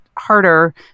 harder